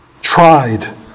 tried